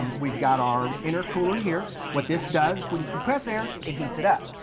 um we've got our intercooler here what this does, when you compress air, it heats it up,